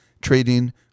trading